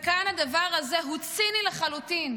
כאן הדבר הזה הוא ציני לחלוטין.